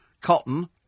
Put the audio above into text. Cotton